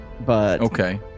Okay